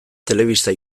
telebista